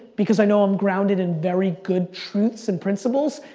because i know i'm grounded in very good truths, and principles?